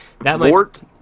Vort